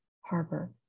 harbor